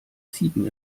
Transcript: ziepen